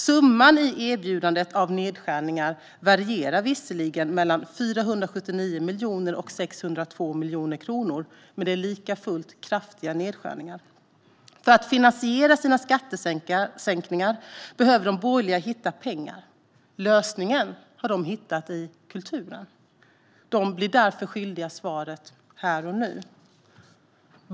Summan i erbjudandet av nedskärningar varierar visserligen mellan 479 miljoner och 602 miljoner, men det är lika fullt kraftiga nedskärningar. För att finansiera sina skattesänkningar behöver de borgerliga hitta pengar. Lösningen har de hittat i kulturen. De blir därför svaret skyldiga här och nu.